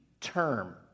term